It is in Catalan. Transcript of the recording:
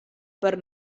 per